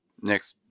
next